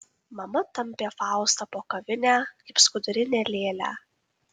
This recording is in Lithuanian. mama tampė faustą po kavinę kaip skudurinę lėlę